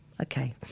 okay